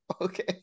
Okay